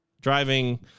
Driving